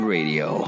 Radio